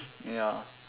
ya